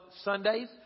Sundays